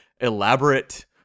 elaborate